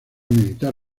militar